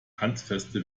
handfeste